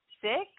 six